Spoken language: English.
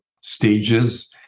stages